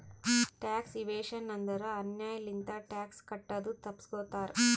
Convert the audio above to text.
tax evasion ಅಂದುರ್ ಅನ್ಯಾಯ್ ಲಿಂತ ಟ್ಯಾಕ್ಸ್ ಕಟ್ಟದು ತಪ್ಪಸ್ಗೋತಾರ್